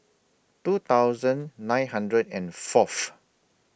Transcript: two thousand nine hundred and Fourth